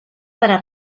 para